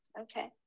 okay